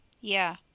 Yeah